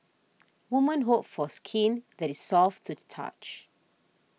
women hope for skin that is soft to the touch